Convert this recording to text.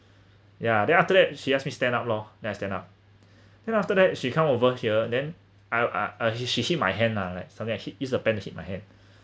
ya then after that she asked me stand up lor then I stand up then after that she come over here then I'll ah ah he she hit my hand lah like something I hit use a pen to hit my hand